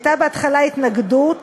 הייתה בהתחלה התנגדות